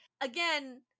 again